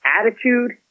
Attitude